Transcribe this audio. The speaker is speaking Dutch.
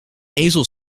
ezel